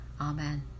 Amen